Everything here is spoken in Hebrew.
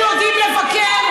אנחנו יודעים לבקר,